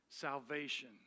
salvation